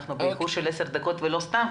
אנחנו באיחור של 10 דקות ולא סתם,